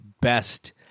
best